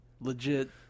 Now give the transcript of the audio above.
legit